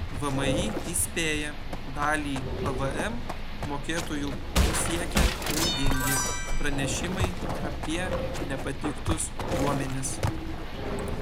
vmi įspėja dalį pvm mokėtojų pasiekė klaidingi pranešimai apie nepateiktus duomenis